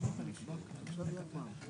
התוכנית תשונה, לא על ידי